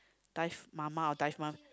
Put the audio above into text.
dive ma ma or dive ma